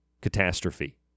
catastrophe